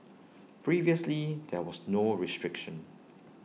previously there was no restriction